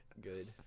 Good